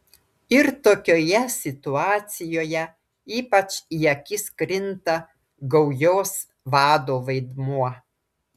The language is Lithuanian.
ir tokioje situacijoje ypač į akis krinta gaujos vado vaidmuo